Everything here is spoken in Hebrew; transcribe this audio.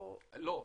לא.